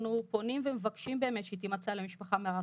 אנחנו פונים ומבקשים שתימצא להם משפחה מארחת.